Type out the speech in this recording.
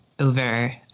Over